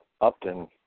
Upton